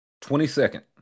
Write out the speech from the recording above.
Twenty-second